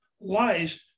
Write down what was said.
Lies